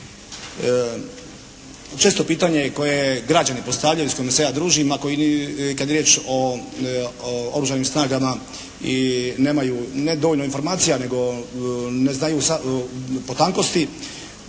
Često pitanje koje građani postavljaju i s kojima se ja družim kada je riječ o Oružanim snagama i nemaju ne dovoljno informacija, nego ne znaju potankosti,